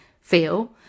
feel